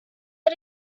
are